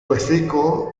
hocico